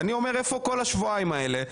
אני אומר איפה כל השבועיים האלה.